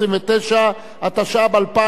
התשע"ב 2012,